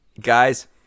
guys